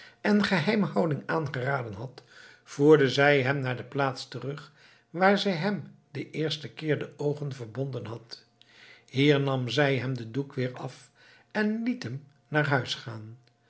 en geheimhouding aangeraden had voerde zij hem naar de plaats terug waar zij hem den eersten keer de oogen verbonden had hier nam zij hem den doek weer af en liet hem naar huis gaan